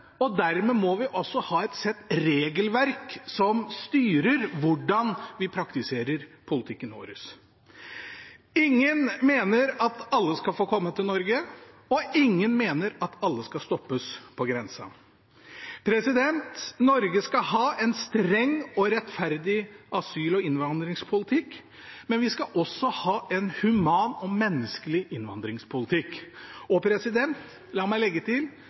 og dermed må vi også ha et regelverk som styrer hvordan vi praktiserer politikken vår. Ingen mener at alle skal få komme til Norge, og ingen mener at alle skal stoppes på grensa. Norge skal ha en streng og rettferdig asyl- og innvandringspolitikk, men vi skal også ha en human og menneskelig innvandringspolitikk. Og la meg legge til: